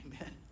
Amen